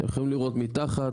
אתם יכולים לראות מתחת,